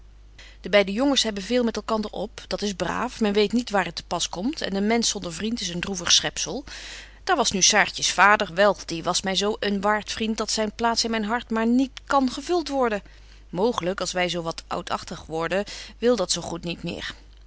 de beide jongens hebben veel met elkander op dat is braaf men weet niet waar het te pas komt en een mensch zonder vriend is een droevig schepzel daar was nu saartjes vader wel die was my zo een waart vriend dat zyn plaats in myn hart maar niet kan gevult worden mooglyk als wy zo wat oudägtig worden wil dat zo goed niet meer